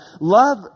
Love